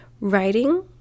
Writing